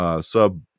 Sub